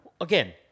Again